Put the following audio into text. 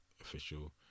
official